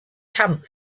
camp